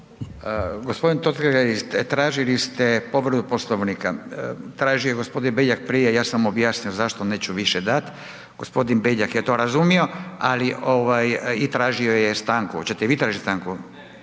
Gospodin Totgergeli, tražili ste povredu Poslovnika. Tražio je i gospodin Beljak, ja sam mu objasnio zašto neću više dati, gospodin Beljak je to razumio ali i tražio je stanku. Hoćete i vi tražiti stanku?